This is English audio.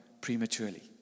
prematurely